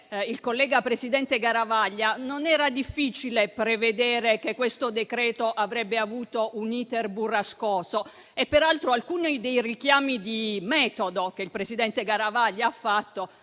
il collega presidente Garavaglia, non era difficile prevedere che questo decreto-legge avrebbe avuto un *iter* burrascoso. Peraltro, alcuni dei richiami di metodo che il presidente Garavaglia ha fatto